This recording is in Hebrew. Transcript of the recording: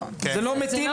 אביגיל,